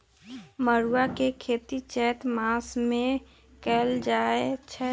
मरुआ के खेती चैत मासमे कएल जाए छै